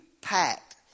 packed